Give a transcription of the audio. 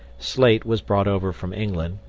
slate was brought over from england,